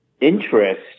interest